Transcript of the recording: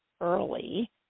early